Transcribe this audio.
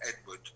Edward